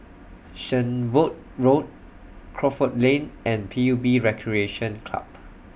Shenvood Road Crawford Lane and P U B Recreation Club